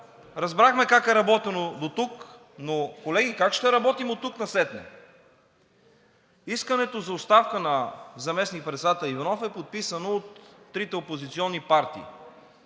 разбрахме как е работено дотук, но, колеги, как ще работим оттук насетне? Искането за оставка на заместник-председателя Иванов е подписано от трите опозиционни партии.